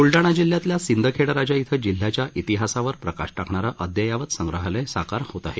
ब्लडाणा जिल्ह्यातल्या सिंदखेडराजा इथं जिल्ह्याच्या इतिहासावर प्रकाश टाकणारं अद्यावत संग्रहालय साकार होत आहे